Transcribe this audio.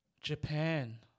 Japan